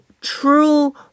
true